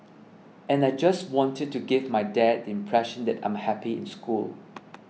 and I just wanted to give my dad the impression that I'm happy in school